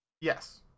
Yes